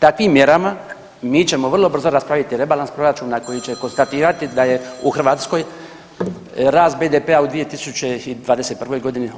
Takvim mjerama mi ćemo vrlo brzo raspraviti rebalans proračuna koji će konstatirati da je u Hrvatskoj rast BDP-a u 2021.g.